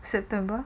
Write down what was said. september